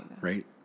right